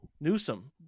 Newsom